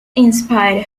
inspired